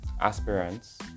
aspirants